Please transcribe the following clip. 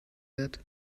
wird